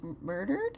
murdered